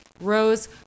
Rose